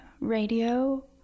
radio